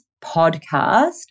podcast